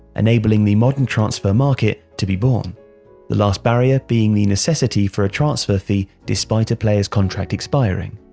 enabling the modern transfer market to be born the last barrier being the necessity for a transfer fee despite a player's contract expiring.